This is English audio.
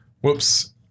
Whoops